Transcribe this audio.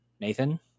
Nathan